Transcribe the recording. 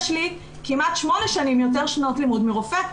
יש לי כמעט שמונה שנים יותר שנות לימוד מרופא.